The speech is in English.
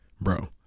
Bro